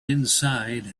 inside